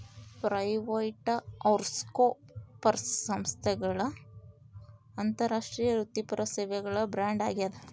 PricewaterhouseCoopers ಸಂಸ್ಥೆಗಳ ಅಂತಾರಾಷ್ಟ್ರೀಯ ವೃತ್ತಿಪರ ಸೇವೆಗಳ ಬ್ರ್ಯಾಂಡ್ ಆಗ್ಯಾದ